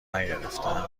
نگرفتم